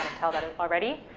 tell that already.